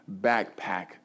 backpack